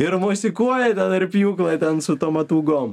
ir mosikuoja ten ar pjūklą ten su tom ataugom